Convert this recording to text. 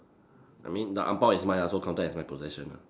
I mean the ang bao is mine ah so counted as my possession ah